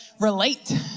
relate